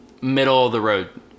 middle-of-the-road